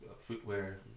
footwear